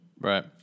Right